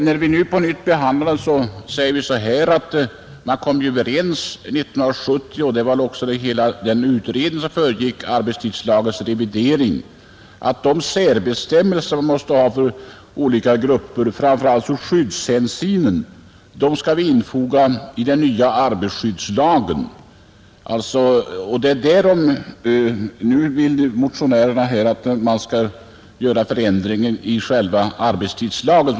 När vi nu behandlar saken på nytt säger vi, att man ju 1970 var överens om — liksom i den utredning som föregick arbetstidslagens revidering — att de särbestämmelser som behövs för olika grupper ur framför allt skyddssynpunkt skall infogas i den nya arbetarskyddslagen. Motionärerna vill att man skall göra förändringen i själva arbetstidslagen.